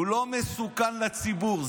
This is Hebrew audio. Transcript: הוא לא מסוכן לציבור.